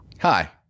Hi